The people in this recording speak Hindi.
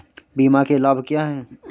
बीमा के लाभ क्या हैं?